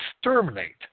exterminate